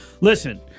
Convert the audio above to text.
Listen